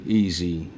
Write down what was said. easy